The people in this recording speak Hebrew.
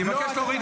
לא קשור, מפלגתי.